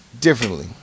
differently